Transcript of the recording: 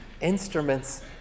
Instruments